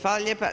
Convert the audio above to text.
Hvala lijepa.